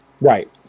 Right